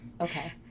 Okay